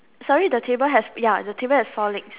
sorry the table has ya the table has four legs